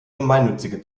gemeinnützige